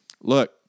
look